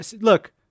look